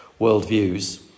worldviews